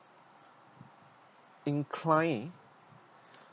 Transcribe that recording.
inclined